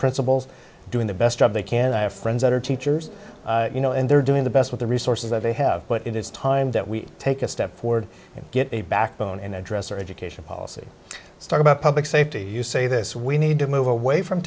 principals doing the best job they can i have friends that are teachers you know and they're doing the best with the resources that they have but it is time that we take a step forward and get a backbone and address our education policy start about public safety you say this we need to move away from